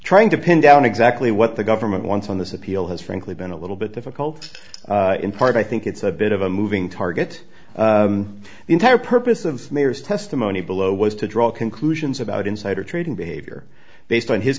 trying to pin down exactly what the government once on this appeal has frankly been a little bit difficult in part i think it's a bit of a moving target the entire purpose of smears testimony below was to draw conclusions about insider trading behavior based on his